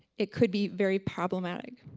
it could be very problematic.